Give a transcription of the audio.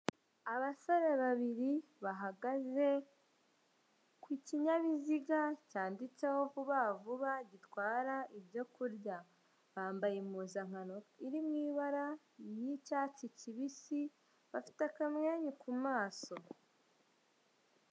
Abasore babiri bahagaze ku kinyabiziga cyanditseho vuba vuba, gitwara ibyo kurya. Bambaye impuzankano iri mu ibara ry'icyatsi kibisi, bafite akamwenyu ku maso